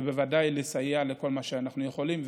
ובוודאי לסייע בכל מה שאנחנו יכולים.